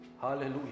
Hallelujah